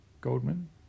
Goldman